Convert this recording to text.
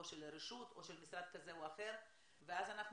או של הרשות או של משרד כזה או אחר ואז אנחנו